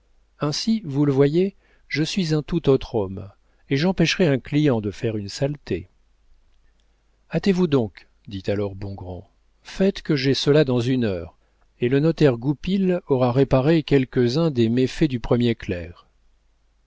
ainsi vous le voyez je suis un tout autre homme et j'empêcherais un client de faire une saleté hâtez-vous donc dit alors bongrand faites que j'aie cela dans une heure et le notaire goupil aura réparé quelques-uns des méfaits du premier clerc